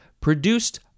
produced